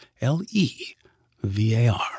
L-E-V-A-R